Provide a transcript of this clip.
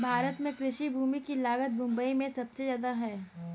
भारत में कृषि भूमि की लागत मुबई में सुबसे जादा है